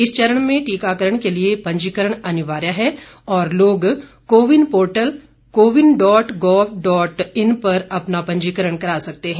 इस चरण में टीकाकरण के लिए पंजीकरण अनिवार्य है और लोग को win portal CoWIN dot gov dot in पर अपना पंजीकरण करा सकते हैं